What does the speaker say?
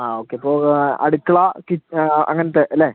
ആ ഓക്കേ അപ്പോൾ അടുക്കള കി ആ അങ്ങനത്തെ അല്ലേ